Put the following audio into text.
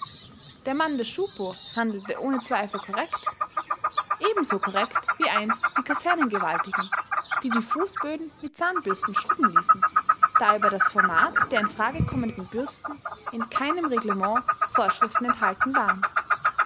der mann der schupo handelte ohne zweifel korrekt ebenso korrekt wie einst die kasernengewaltigen die die fußböden mit zahnbürsten schrubben ließen da über das format der in frage kommenden bürsten in keinem reglement vorschriften enthalten waren